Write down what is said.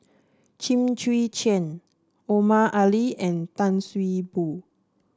Lim Chwee Chian Omar Ali and Tan See Boo